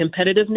competitiveness